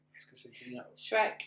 Shrek